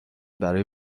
برای